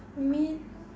mean